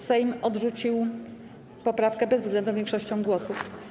Sejm odrzucił poprawkę bezwzględną większością głosów.